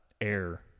air